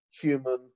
human